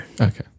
Okay